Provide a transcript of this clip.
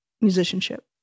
musicianship